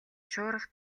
шуурга